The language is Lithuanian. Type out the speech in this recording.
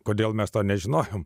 kodėl mes to nežinojome